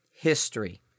history